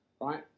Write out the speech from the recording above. Right